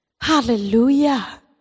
Hallelujah